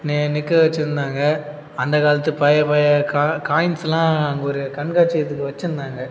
நெ நிற்க வச்சுருந்தாங்க அந்த காலத்து பழைய பழைய க காயின்ஸ்லாம் அங்கே ஒரு கண்காட்சியத்துக்கு வச்சுருந்தாங்க